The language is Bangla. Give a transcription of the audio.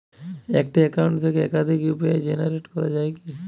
একটি অ্যাকাউন্ট থেকে একাধিক ইউ.পি.আই জেনারেট করা যায় কি?